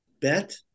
bet